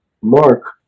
Mark